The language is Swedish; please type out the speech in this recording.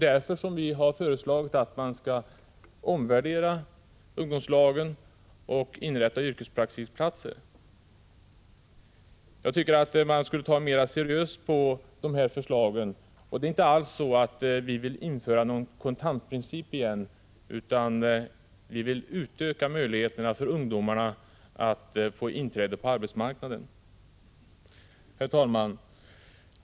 Därför har vi föreslagit att man skall omvärdera ungdomslagen och inrätta yrkespraktikplatser. Jag tycker att man skulle ta mer seriöst på dessa förslag. Vi vill inte alls införa någon kontantprincip igen, utan vi vill utöka ungdomarnas möjligheter att få inträde på arbetsmarknaden. Herr talman!